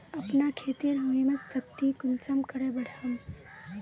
अपना खेतेर ह्यूमस शक्ति कुंसम करे बढ़ाम?